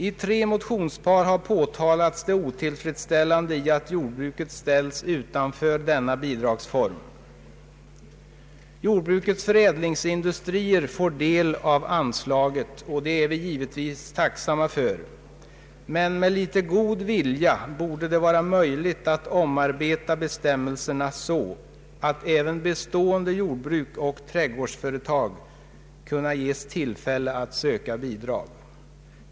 I tre motionspar har påtalats det otillfredsställande i att jordbruket ställs utanför denna bidragsform. Jordbrukets förädlingsindustrier får del av anslaget — och det är vi givetvis tacksamma för — men med litet god vilja borde det vara möjligt att omarbeta bestämmelserna så att även bestående jordbruksoch trädgårdsföretag kan ges tillfälle att söka bidrag. Herr talman!